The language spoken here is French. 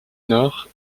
nord